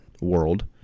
world